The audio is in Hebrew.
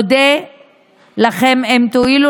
אודה לכם אם תואילו